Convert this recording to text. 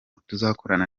tuzakorana